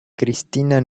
cristina